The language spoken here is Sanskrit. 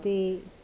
ते